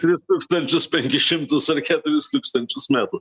tris tūkstančius penkis šimtus ar keturis tūkstančius metų